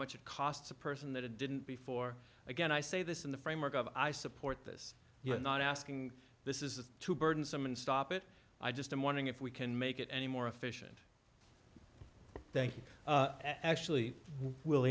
much it costs a person that it didn't before again i say this in the framework of i support this you're not asking this is too burdensome and stop it i just i'm wondering if we can make it any more efficient thank you actually w